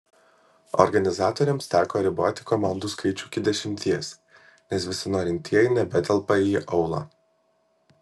organizatoriams teko riboti komandų skaičių iki dešimties nes visi norintieji nebetelpa į aulą